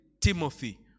Timothy